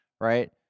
right